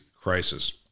crisis